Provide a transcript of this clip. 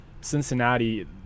Cincinnati